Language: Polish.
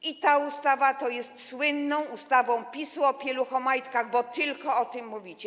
I ta ustawa jest słynną ustawą PiS-u o pieluchomajtkach, bo tylko o tym mówicie.